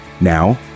Now